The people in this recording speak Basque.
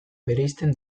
bereizten